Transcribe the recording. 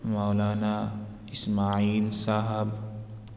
مولانا اسمٰعیل صاحب